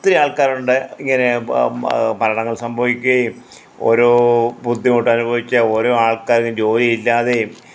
ഒത്തിരി ആൾക്കാരുണ്ട് ഇങ്ങനെ മ മ മരണങ്ങൾ സംഭവിക്കുകയും ഓരോ ബുദ്ധിമുട്ട് അനുഭവിച്ച ഓരോ ആൾക്കാരും ജോലി ഇല്ലാതെയും